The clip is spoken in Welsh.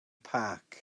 park